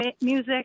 music